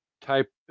type